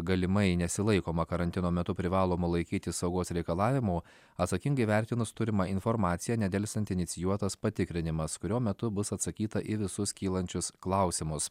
galimai nesilaikoma karantino metu privalomų laikytis saugos reikalavimų atsakingai įvertinus turimą informaciją nedelsiant inicijuotas patikrinimas kurio metu bus atsakyta į visus kylančius klausimus